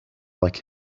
like